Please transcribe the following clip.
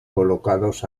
colocados